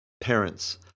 parents